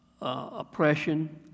oppression